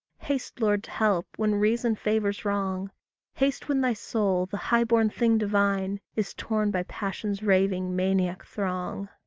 haste, lord, to help, when reason favours wrong haste when thy soul, the high-born thing divine, is torn by passion's raving, maniac throng.